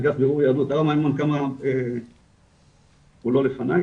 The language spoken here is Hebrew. הוא לא לפני,